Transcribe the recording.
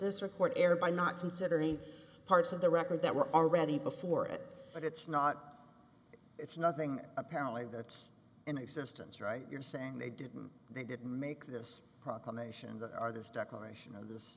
this record err by not considering parts of the record that were already before it but it's not it's nothing apparently that's in existence right you're saying they didn't they did make this proclamation that are this declaration of this